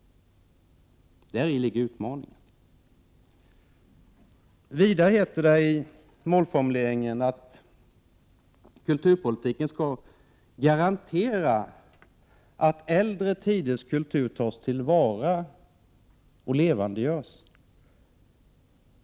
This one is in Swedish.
Däri ligger utmaningen. Vidare heter det i målformuleringen att kulturpolitiken skall garantera att äldre tiders kultur tas till vara och levandegörs.